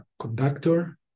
conductor